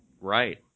Right